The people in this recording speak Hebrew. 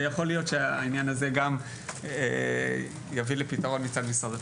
ויכול להיות שהעניין הזה גם יביא לפתרון מצד משרד הפנים.